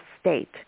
state